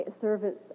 service